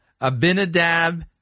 Abinadab